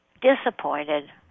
disappointed